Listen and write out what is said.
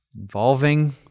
involving